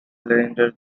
alexander